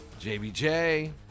JBJ